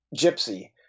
Gypsy